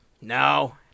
No